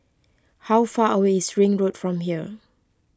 how far away is Ring Road from here